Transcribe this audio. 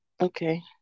Okay